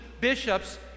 bishops